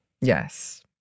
Yes